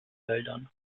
wäldern